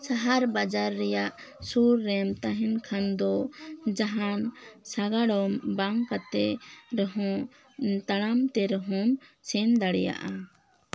ᱥᱟᱦᱟᱨ ᱵᱟᱡᱟᱨ ᱨᱮᱭᱟᱜ ᱥᱩᱨ ᱨᱮᱢ ᱛᱟᱦᱮᱱ ᱠᱷᱟᱱ ᱫᱚ ᱡᱟᱦᱟᱱ ᱥᱟᱜᱟᱲᱚᱢ ᱵᱟᱝ ᱠᱟᱛᱮᱫ ᱨᱮᱦᱚᱸ ᱛᱟᱲᱟᱢᱛᱮ ᱨᱮᱦᱚᱸ ᱥᱮᱱ ᱫᱟᱲᱮᱭᱟᱜᱼᱟ